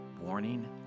warning